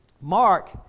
mark